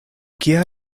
kia